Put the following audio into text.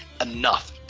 enough